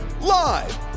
Live